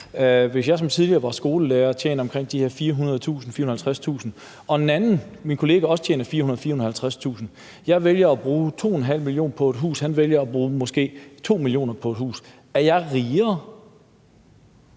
Hvis jeg som tidligere skolelærer tjente omkring de her 400.000-450.000 kr., og en anden, min kollega, også tjener 400.000-450.000 kr., og jeg vælger at bruge 2,5 mio. kr. på et hus, og han vælger at bruge måske 2 mio. kr. på et hus, er jeg rigere?